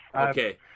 Okay